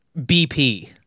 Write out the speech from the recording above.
BP